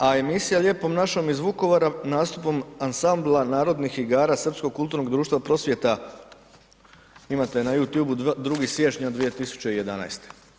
A emisija Lijepom našom iz Vukovara nastupom Ansambla narodnih igara Srpsko-kulturnog društva Prosvjeta, imate na Youtubeu, 2. siječnja 2011.